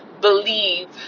believe